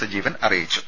സജീവൻ അറിയിച്ചു